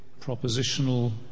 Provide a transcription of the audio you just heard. propositional